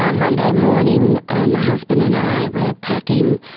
um monday morning my husband and i were packing.